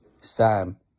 sam